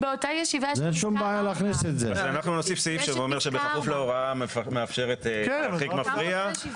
באותה ישיבה יש את פסקה (4ׂ).